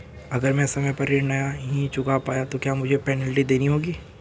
अगर मैं समय पर ऋण नहीं चुका पाया तो क्या मुझे पेनल्टी देनी होगी?